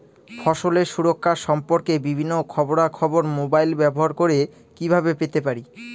ফসলের সুরক্ষা সম্পর্কে বিভিন্ন খবরা খবর মোবাইল ব্যবহার করে কিভাবে পেতে পারি?